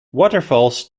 waterfalls